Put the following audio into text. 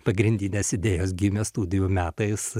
pagrindinės idėjos gimė studijų metais